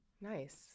Nice